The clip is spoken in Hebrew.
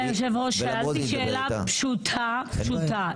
אדוני יושב הראש, שאלתי שאלה פשוטה, פשוטה.